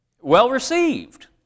Well-received